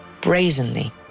brazenly